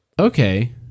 Okay